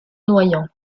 noyant